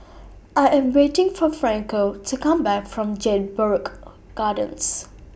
I Am waiting For Franco to Come Back from Jedburgh Gardens